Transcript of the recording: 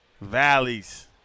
Valleys